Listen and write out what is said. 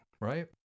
right